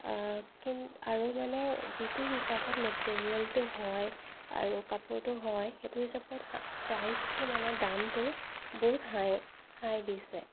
কিন আৰু মানে যিটো হিচাপত মেটেৰিয়েলটো হয় আৰু কাপোৰটো হয় সেইটো হিচাপত প্ৰাইচটো মানে দামটো বহুত হাই হাই দিছে